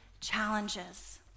challenges